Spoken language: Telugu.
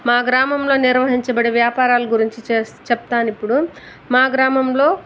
మా గ్రామంలో నిర్వహించబడే వ్యాపారాలు గురించి చెస్ చెప్తాను ఇప్పుడు మా గ్రామంలో